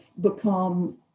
become